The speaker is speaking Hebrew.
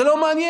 זה לא מעניין.